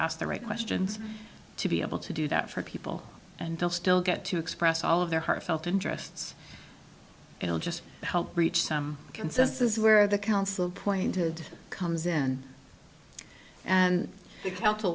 ask the right questions to be able to do that for people and they'll still get to express all of their heartfelt interests it will just help reach some consensus where the council appointed comes in and the